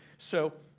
so